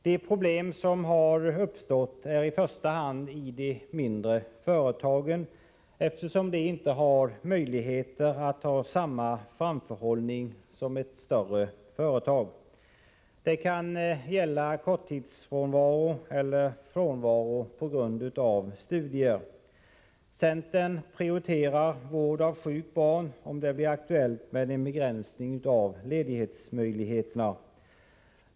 De problem som har uppstått finns i första hand i de mindre företagen, eftersom dessa inte har möjligheter att ha samma framförhållning som ett större företag. Det kan gälla korttidsfrånvaro eller frånvaro på grund av studier. Centern prioriterar vård av sjukt barn om det blir aktuellt med en begränsning av ledighetsmöjligheterna.